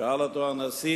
שאל אותו הנשיא: